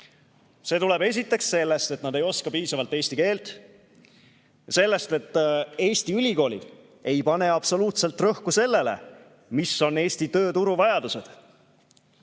See tuleb esiteks sellest, et nad ei oska piisavalt eesti keelt. Teiseks sellest, et Eesti ülikoolid ei pane absoluutselt rõhku sellele, mis on Eesti tööturu vajadused.